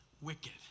wicked